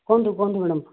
କୁହନ୍ତୁ କୁହନ୍ତୁ ମ୍ୟାଡ଼ାମ୍